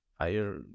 higher